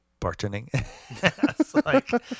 bartending